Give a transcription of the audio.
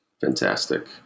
Fantastic